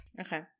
Okay